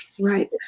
Right